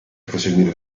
proseguire